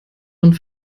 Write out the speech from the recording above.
und